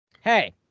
Hey